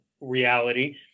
reality